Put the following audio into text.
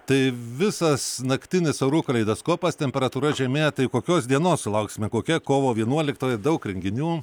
tai visas naktinis orų kaleidoskopas temperatūra žemėja tai kokios dienos sulauksime kokia kovo vienuoliktoji daug renginių